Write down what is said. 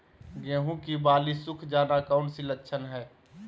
गेंहू की बाली सुख जाना कौन सी लक्षण है?